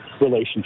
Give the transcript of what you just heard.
relationship